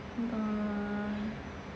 hold on